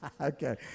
Okay